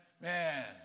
man